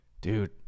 dude